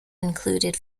included